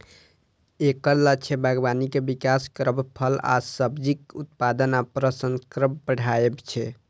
एकर लक्ष्य बागबानी के विकास करब, फल आ सब्जीक उत्पादन आ प्रसंस्करण बढ़ायब छै